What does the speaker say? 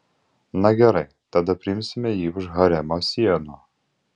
na gerai tada priimsime jį už haremo sienų